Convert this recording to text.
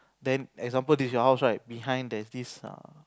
then example this is your house right behind there's this uh